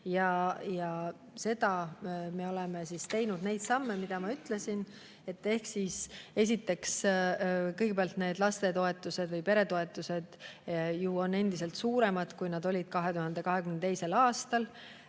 Ja me oleme teinud neid samme, mida ma ütlesin. Esiteks, kõigepealt need lastetoetused või peretoetused on endiselt suuremad, kui need olid 2022. aastal.